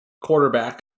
quarterback